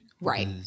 Right